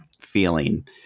feeling